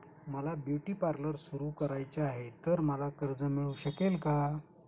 मला beauty parlour सुरू करायचे आहे तर मला कर्ज मिळू शकेल का?